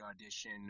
audition